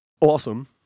Awesome